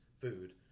food